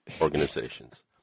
organizations